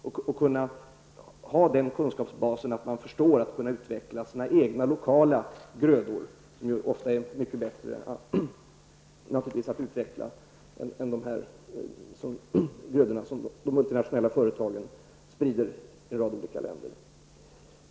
Det är bra att ha en sådan kunskapsbas att man förstår att utveckla sina egna lokala grödor, som ofta är mycket lämpligare att utveckla än de grödor som de multinationella företagen sprider i en rad olika länder.